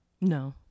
No